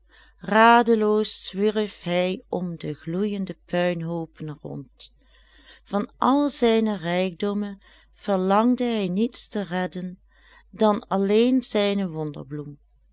radeloos zwierf hij om de gloeijende puinhoopen rond van al zijne rijkdommen verlangde hij niets te redden dan alleen zijne wonderbloem